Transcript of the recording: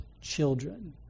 children